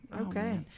okay